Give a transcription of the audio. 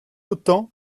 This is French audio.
autant